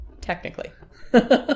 Technically